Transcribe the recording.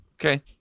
Okay